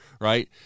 right